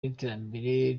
n’iterambere